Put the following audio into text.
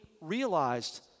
realized